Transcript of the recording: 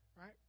Right